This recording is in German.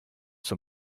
zum